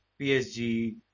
PSG